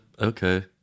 okay